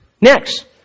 Next